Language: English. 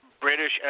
British